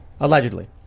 Allegedly